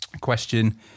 question